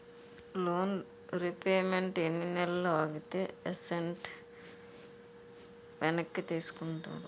Loan repayment ఎన్ని నెలలు ఆగితే ఎసట్ వెనక్కి తీసుకుంటారు?